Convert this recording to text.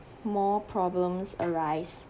more problems arise